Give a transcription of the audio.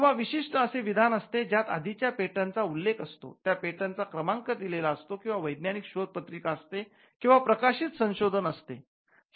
किंवा विशिष्ट् असे विधान असते ज्यात आधीच्या पेटंट चा उल्लेख असतो त्या पेटंट चा क्रमांक दिलेला असतो किंवा वैज्ञानिक शोध पत्रिका असते किंवा प्रकाशित संशोधन असते